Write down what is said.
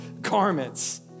garments